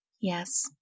Yes